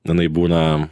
jinai būna